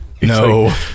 No